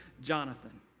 Jonathan